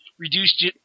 Reduced